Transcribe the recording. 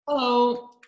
Hello